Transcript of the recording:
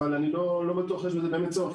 אבל לא בטוח שיש לזה באמת צורך.